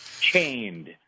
chained